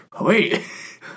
wait